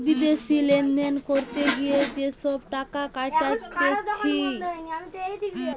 বিদেশি লেনদেন করতে গিয়ে যে সব টাকা কাটতিছে